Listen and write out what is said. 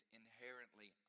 inherently